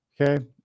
Okay